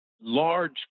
Large